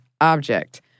object